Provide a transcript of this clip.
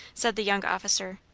said the young officer.